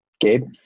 Gabe